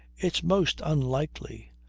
it's most unlikely.